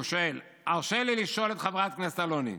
והוא שואל: "ארשה לי לשאול את חברת הכנסת אלוני: